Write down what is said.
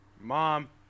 Mom